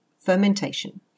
Fermentation